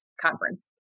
conference